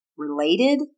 related